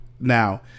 Now